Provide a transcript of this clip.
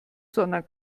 sondern